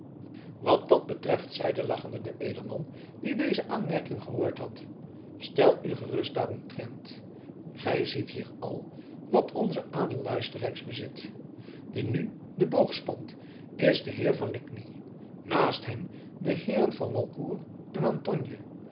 wat dat betreft zeide lachende de edelman die deze aanmerking gehoord had stel u gerust daaromtrent gij ziet hier al wat onze adel luisterrijks bezit die nu den boog spant is de heer van ligny naast hem de heeren van walcourt en antogne